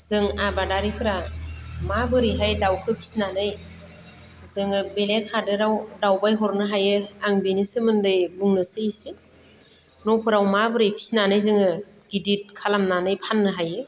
जों आबादारिफोरा माबोरैहाय दाउखो फिनानै जोङो बेलेग हादोराव दावबाय हरनो हायो आं बिनि सोमोन्दै बुंनोसै इसे न'फोराव माबोरै फिनानै जोङो गिदिद खालामनानै फाननो हायो